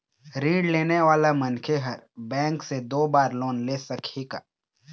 ऋण लेने वाला मनखे हर बैंक से दो बार लोन ले सकही का?